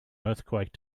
earthquake